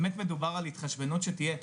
באמת מדובר על התחשבנות שתהיה.